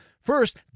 First